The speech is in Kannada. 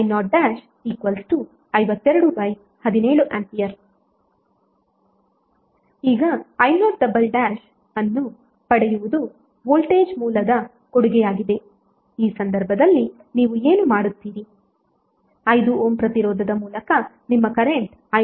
i05217A ಈಗ i0 ಅನ್ನು ಪಡೆಯುವುದು ವೋಲ್ಟೇಜ್ ಮೂಲದ ಕೊಡುಗೆಯಾಗಿದೆ ಈ ಸಂದರ್ಭದಲ್ಲಿ ನೀವು ಏನು ಮಾಡುತ್ತೀರಿ 5 ಓಮ್ ಪ್ರತಿರೋಧದ ಮೂಲಕ ನಿಮ್ಮ ಕರೆಂಟ್ i0